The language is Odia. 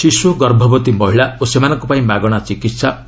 ଶିଶୁ ଗର୍ଭବତୀ ମହିଳା ଓ ସେମାନଙ୍କ ପାଇଁ ମାଗଣା ଚିକିିିିି